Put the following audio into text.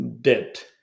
dead